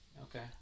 Okay